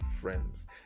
friends